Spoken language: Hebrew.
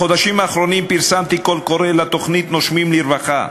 בחודשים האחרונים פרסמתי קול קורא לתוכנית "נושמים לרווחה",